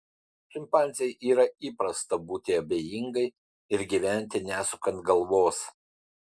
šimpanzei yra įprasta būti abejingai ir gyventi nesukant galvos